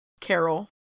carol